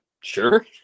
sure